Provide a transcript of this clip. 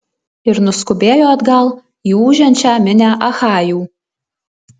ir nuskubėjo atgal į ūžiančią minią achajų